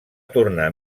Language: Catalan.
tornar